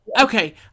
Okay